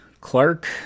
Clark